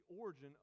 origin